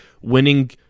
winning